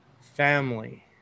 family